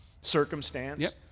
circumstance